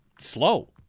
slow